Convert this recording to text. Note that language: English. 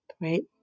right